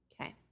Okay